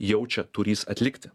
jaučia turįs atlikti